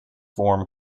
form